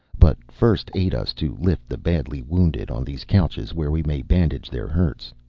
but first aid us to lift the badly wounded on these couches where we may bandage their hurts.